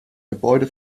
gebäude